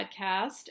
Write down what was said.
podcast